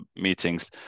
meetings